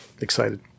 excited